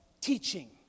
teaching